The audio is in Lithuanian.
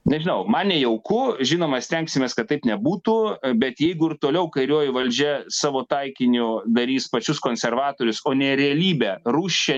nežinau man nejauku žinoma stengsimės kad taip nebūtų bet jeigu ir toliau kairioji valdžia savo taikiniu darys pačius konservatorius o ne realybę rūsčią